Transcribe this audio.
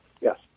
Yes